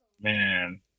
Man